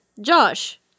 josh